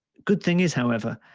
good thing is however,